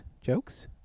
Jokes